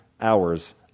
hours